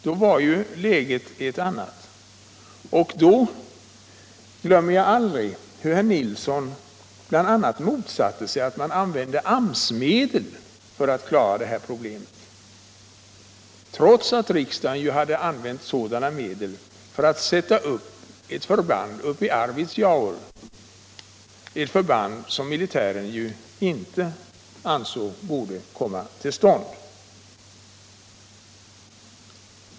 Jag kommer t.ex. aldrig att glömma hur herr Nilsson i Kalmar då bl.a. motsatte sig att man skulle använda AMS-medel för att klara F 12 — trots att riksdagen hade utnyttjat sådana medel för att i Arvidsjaur sätta upp ett förband som militären inte ansåg borde komma till stånd!